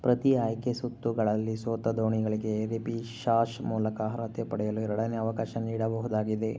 ಪ್ರತಿ ಆಯ್ಕೆ ಸುತ್ತುಗಳಲ್ಲಿ ಸೋತ ದೋಣಿಗಳಿಗೆ ರೆಪಿಶಾಶ್ ಮೂಲಕ ಅರ್ಹತೆ ಪಡೆಯಲು ಎರಡನೆ ಅವಕಾಶ ನೀಡಬಹುದಾಗಿದೆ